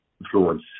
influence